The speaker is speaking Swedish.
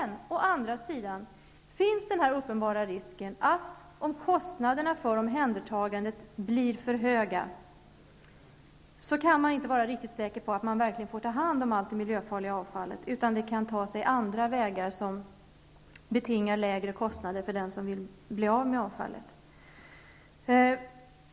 Å andra sidan finns den uppenbara risken att man, om kostnaderna för omhändertagandet blir för höga, inte kan vara riktigt säker på att allt miljöfarligt avfall tas om hand, utan det kan ta andra vägar som betingar lägre kostnader för den som vill bli av med avfallet.